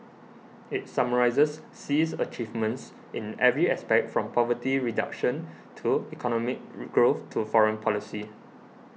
it summarises Xi's achievements in every aspect from poverty reduction to economic growth to foreign policy